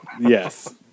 Yes